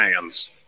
hands